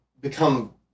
become